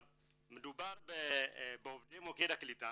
מדובר בעובדי מוקד הקליטה